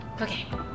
Okay